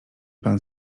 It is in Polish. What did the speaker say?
pan